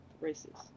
races